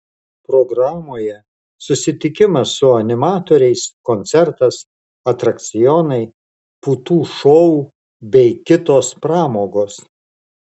programoje susitikimas su animatoriais koncertas atrakcionai putų šou bei kitos pramogos